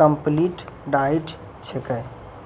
complete diet छेकै